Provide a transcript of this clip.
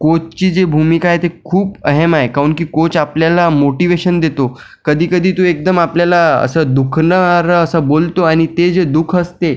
कोचची जी भूमिका आहे ती खूप अहम आहे कोच आपल्याला मोटिवेशन देतो कधी कधी तो एकदम आपल्याला असं दुखणारं असं बोलतो आणि ते जे दु ख असते